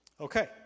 Okay